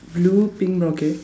blue pink okay